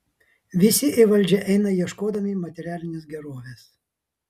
visi į valdžią eina ieškodami materialinės gerovės